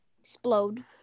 Explode